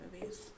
movies